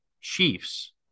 Chiefs